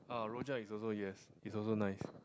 ah rojak is also yes is also nice